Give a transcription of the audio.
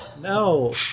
No